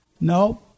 No